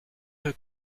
her